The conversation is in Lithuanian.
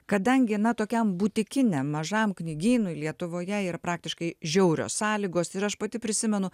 kadangi na tokiam butikiniam mažam knygynui lietuvoje ir praktiškai žiaurios sąlygos ir aš pati prisimenu